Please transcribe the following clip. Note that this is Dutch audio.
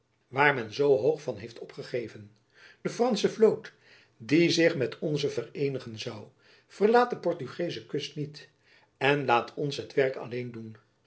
waar men zoo hoog van heeft opgeven de fransche vloot die zich jacob van lennep elizabeth musch met de onze vereenigen zoû verlaat de portugeesche kust niet en laat ons het werk alleen doen